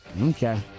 Okay